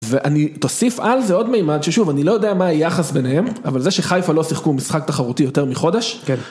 ואני תוסיף על זה עוד מימד ששוב אני לא יודע מה היחס ביניהם אבל זה שחיפה לא שיחקו משחק תחרותי יותר מחודש